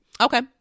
Okay